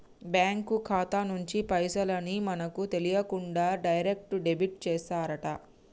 bank ఖాతా నుంచి పైసల్ ని మనకు తెలియకుండా డైరెక్ట్ డెబిట్ చేశారట